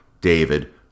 David